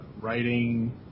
writing